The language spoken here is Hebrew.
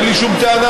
אין לי שום טענה,